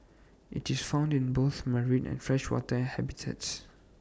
IT is found in both marine and freshwater habitats